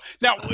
now